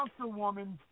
councilwoman